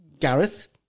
Gareth